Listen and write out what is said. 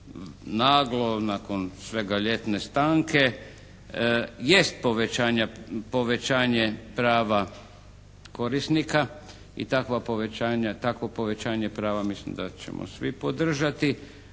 naglo nakon svega ljetne stanke jest povećanje prava korisnika i takvo povećanje prava mislim da ćemo svi podržati